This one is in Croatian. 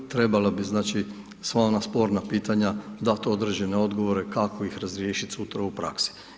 Trebala bi znači, sva ona sporna pitanja, dati određene odgovore, kako ih razriješiti sutra u praksi.